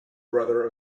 brother